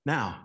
Now